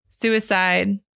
Suicide